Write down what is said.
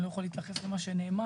אני לא יכול להתייחס למה שנאמר.